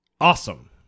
Awesome